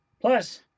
Plus